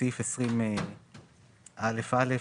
בסעיף 20(א)(א),